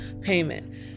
payment